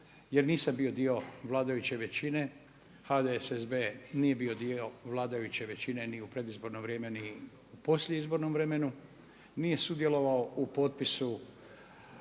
jer nisam bio dio vladajuće većine. HDSSB nije bio dio vladajuće većine ni u predizborno vrijeme, ni u poslijeizbornom vremenu, nije sudjelovao u potpisu